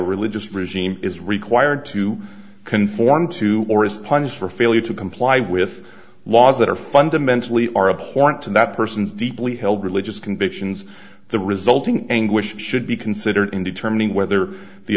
religious regime is required to conform to or is punished for failure to comply with laws that are fundamentally our abhorrence to that person's deeply held religious convictions the resulting anguish should be considered in determining whether the